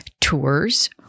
tours